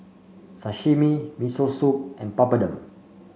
Sashimi Miso Soup and Papadum